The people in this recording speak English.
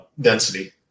density